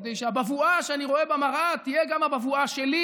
כדי שהבבואה שאני רואה במראה תהיה גם הבבואה שלי,